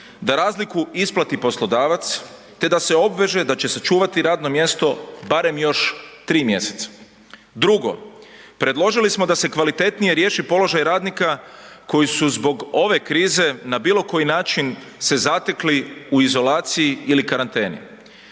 da razliku isplati poslodavac te da se obveže da se sačuvati radno mjesto barem još tri mjeseca. Drugo, predložili smo da se kvalitetnije riješi položaj radnika koji su zbog ove krize na bilo koji način se zatekli u izolaciji ili karanteni.